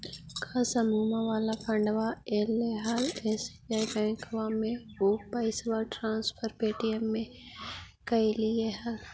का समुहवा वाला फंडवा ऐले हल एस.बी.आई बैंकवा मे ऊ पैसवा ट्रांसफर पे.टी.एम से करवैलीऐ हल?